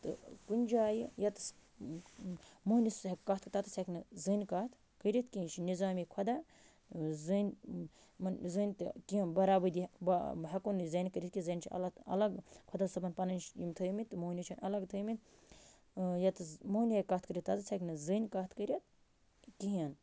تہٕ کُنہِ جایہِ یَتٕس مٔہٕنِوِس کَتھ تَتِس ہٮ۪کِنہٕ زٔنۍ کَتھ کٔرِتھ کیٚنہہ یہِ چھُ نِظامِ خُدا زٔنۍ یِمَن زٔنۍ تہِ کیٚنہہ برابٔدی ہٮ۪کَو نہٕ زَنٛنہِ کٔرِتھ کیٚنہہ زَنٛنہِ چھِ اللہ الگ خۄداصٲبَن پَنٕنۍ یِم تھٲیِمٕتۍ تہٕ مٔہٕنِوِس چھِنہٕ الگ تھٲیِمٕتۍ یَتَس مٔہٕنیوٗ ہٮ۪کہِ کَتھ کٔرِتھ تَتِس ہٮ۪کہِ نہ زٔنۍ کَتھ کٔرِتھ کِہیٖنۍ